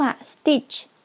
Stitch